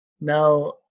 Now